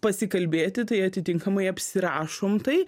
pasikalbėti tai atitinkamai apsirašom tai